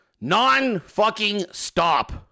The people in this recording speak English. Non-fucking-stop